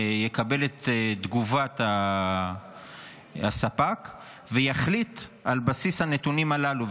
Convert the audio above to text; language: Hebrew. יקבל את תגובת הספק ויחליט על בסיס הנתונים הללו.